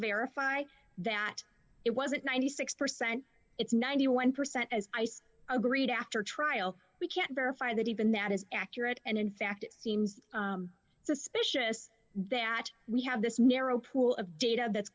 verify that it wasn't ninety six percent it's ninety one percent as i say agreed after trial we can't verify that even that is accurate and in fact it seems suspicious that we have this narrow pool of data that's